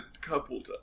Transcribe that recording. couple